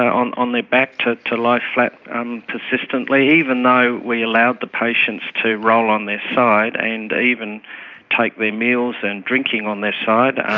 on on their back, to to lie flat um persistently, even though we allowed the patients to roll on their side and even take their meals and drinking on their side,